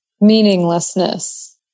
meaninglessness